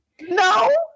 no